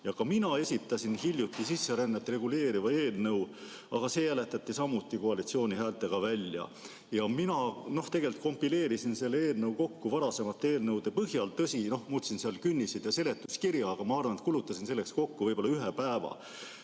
Ka mina esitasin hiljuti sisserännet reguleeriva eelnõu, aga see hääletati samuti koalitsiooni häältega välja. Mina kompileerisin oma eelnõu kokku varasemate eelnõude põhjal, tõsi, muutsin seal künniseid ja seletuskirja, aga ma arvan, et kulutasin selleks kokku võib-olla ühe päeva. Nüüd